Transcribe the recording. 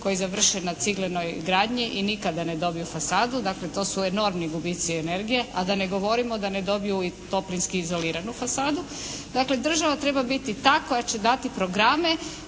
koji završe na ciglenoj gradnji i nikada ne dobiju fasadu. Dakle, to su enormni gubici energije a da ne govorimo da ne dobiju i toplinski izoliranu fasadu. Dakle, država treba biti ta koja će dati programe